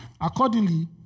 Accordingly